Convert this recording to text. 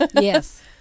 Yes